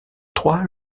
trois